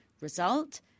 Result